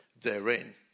therein